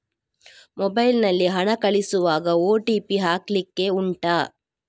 mobile ನಲ್ಲಿ ಹಣ ಕಳಿಸುವಾಗ ಓ.ಟಿ.ಪಿ ಹಾಕ್ಲಿಕ್ಕೆ ಉಂಟಾ